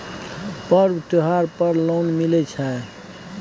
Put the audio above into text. पर्व त्योहार पर लोन मिले छै?